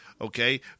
okay